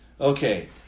okay